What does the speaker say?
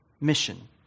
mission